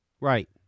Right